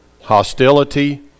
hostility